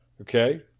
Okay